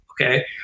Okay